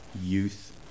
youth